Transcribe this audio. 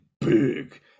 big